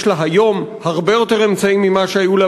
יש לה היום הרבה יותר אמצעים ממה שהיו לה